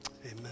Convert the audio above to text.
amen